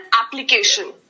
application